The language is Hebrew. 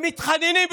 הם מתחננים,